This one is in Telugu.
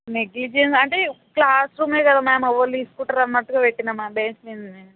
మీకు ఈజీ ఉందా అంటే క్లాస్ రూమ్ కదా మ్యామ్ ఎవరు తీసుకుంటారు అన్నట్టుగా పెట్టిన మ్యామ్ బెంచ్ మీద